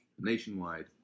nationwide